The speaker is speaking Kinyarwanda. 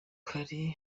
hari